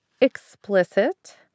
explicit